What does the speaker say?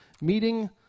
meeting